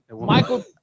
Michael